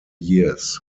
years